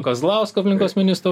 kazlausko aplinkos ministru